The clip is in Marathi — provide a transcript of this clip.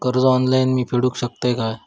कर्ज ऑनलाइन मी फेडूक शकतय काय?